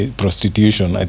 prostitution